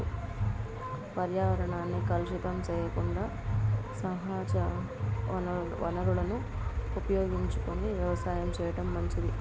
పర్యావరణాన్ని కలుషితం సెయ్యకుండా సహజ వనరులను ఉపయోగించుకొని వ్యవసాయం చేయటం మంచిది